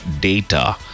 data